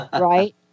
right